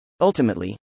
Ultimately